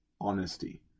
honesty